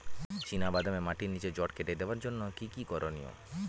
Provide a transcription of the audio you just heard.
চিনা বাদামে মাটির নিচে জড় কেটে দেওয়ার জন্য কি কী করনীয়?